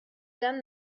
done